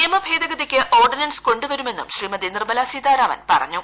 നിയമഭേധഗതിക്ക് ordinance കൊണ്ടിവരുടെന്നും ശ്രീമതി നിർമലാ സീതാരാമൻ പറഞ്ഞു